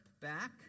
back